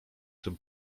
tym